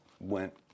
went